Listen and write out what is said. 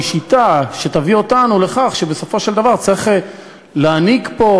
היא שיטה שתביא אותנו לכך שבסופו של דבר צריך להנהיג פה,